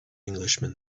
englishman